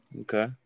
Okay